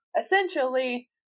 essentially